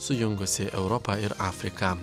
sujungusi europą ir afriką